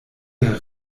der